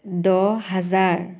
দহ হাজাৰ